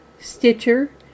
Stitcher